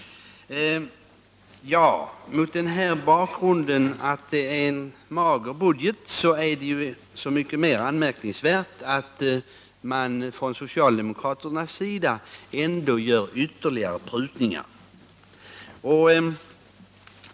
Mot den här bakgrunden —-att det är en mager budget —-är det så mycket mer anmärkningsvärt att socialdemokraterna ändå gör ytterligare prutningar.